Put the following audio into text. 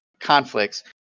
conflicts